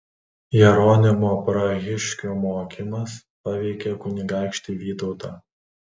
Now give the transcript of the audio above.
jeronimo prahiškio mokymas paveikė kunigaikštį vytautą